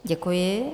Děkuji.